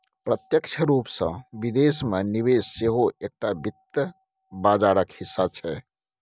प्रत्यक्ष रूपसँ विदेश मे निवेश सेहो एकटा वित्त बाजारक हिस्सा छै